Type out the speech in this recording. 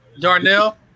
Darnell